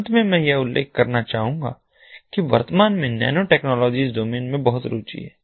अंत में मैं यह उल्लेख करना चाहूंगा कि वर्तमान में नैनो टेक्नोलॉजी डोमेन में बहुत रुचि है